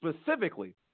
specifically